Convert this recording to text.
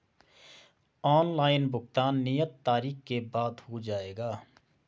Online भुगतान नियत तारीख के बाद हो जाएगा?